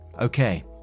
Okay